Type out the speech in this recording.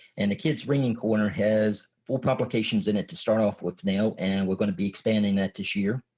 and the kids reading corner has four publications in it to start off with now. and we're going to be expanding that this year.